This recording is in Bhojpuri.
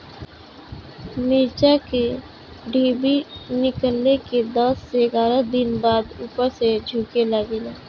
मिरचा क डिभी निकलले के दस से एग्यारह दिन बाद उपर से झुके लागेला?